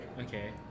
Okay